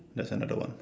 that's another one